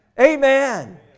Amen